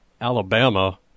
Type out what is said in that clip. Alabama